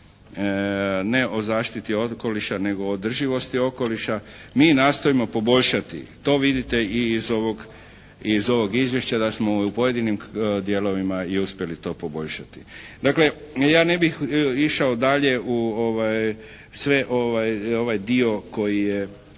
ne o zaštiti okoliša nego o održivosti okoliša. Mi nastojimo poboljšati, to vidite i iz ovog izvješća da smo u pojedinim dijelovima i uspjeli to poboljšati. Dakle ja ne bih išao dalje u sve ovaj dio koji je